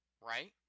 right